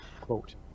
quote